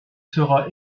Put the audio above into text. sera